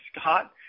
Scott